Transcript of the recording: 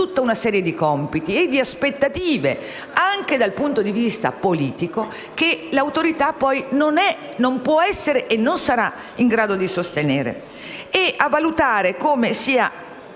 tutta una serie di compiti e di aspettative, anche dal punto di vista politico, che l'Autorità stessa poi non è, non può essere e non sarà in grado di sostenere. È importante che il